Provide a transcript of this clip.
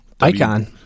Icon